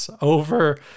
over